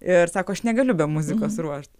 ir sako aš negaliu be muzikos ruošt